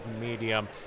medium